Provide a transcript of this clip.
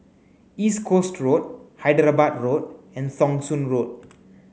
East Coast Road Hyderabad Road and Thong Soon Road